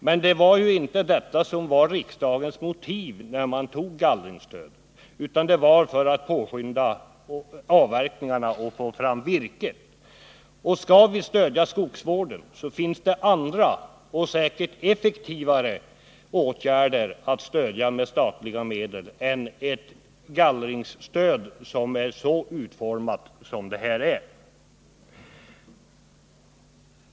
Men det var ju inte något sådant som var riksdagens motiv när man beslutade om gallringsstödet, utan man ville påskynda avverkningarna och få fram virke. Skall vi stödja skogsvården finns det dessutom andra och säkert effektivare åtgärder att satsa statliga medel på än ett gallringsstöd som är så utformat som detta.